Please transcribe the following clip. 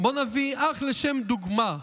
נביא אך לשם דוגמה,